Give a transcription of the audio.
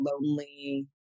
lonely